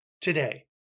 today